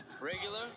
Regular